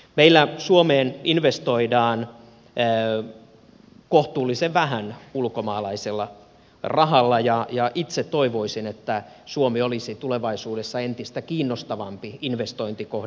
meillä suomeen investoidaan kohtuullisen vähän ulkomaalaisella rahalla ja itse toivoisin että suomi olisi tulevaisuudessa entistä kiinnostavampi investointikohde